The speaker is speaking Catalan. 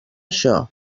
això